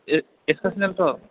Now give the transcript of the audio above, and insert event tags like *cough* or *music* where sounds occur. A *unintelligible* tour